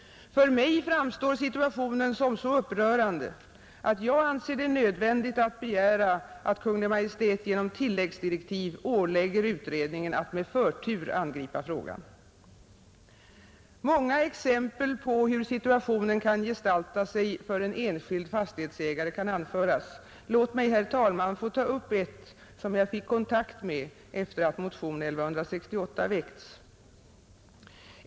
För mig framstår situationen som så upprörande att jag anser det nödvändigt att begära att Kungl. Maj:t genom tilläggsdirektiv ålägger utredningen att med förtur angripa frågan. Många exempel på hur situationen kan gestalta sig för en enskild fastighetsägare kan anföras. Låt mig, herr talman, få ta upp ett som jag fick kontakt med efter att motionen 1168 väckts.